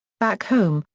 back home,